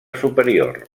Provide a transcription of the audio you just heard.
superior